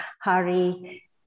Hari